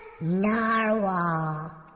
Narwhal